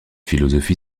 philosophie